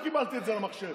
חבר הכנסת ביטן, חבר הכנסת